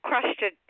question